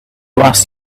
asked